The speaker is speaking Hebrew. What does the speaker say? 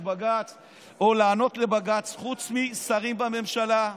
בג"ץ או לענות לבג"ץ חוץ משרים בממשלה.